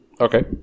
Okay